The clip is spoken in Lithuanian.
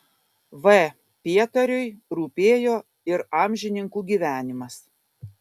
v pietariui rūpėjo ir amžininkų gyvenimas